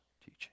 teaching